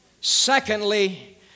Secondly